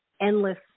endless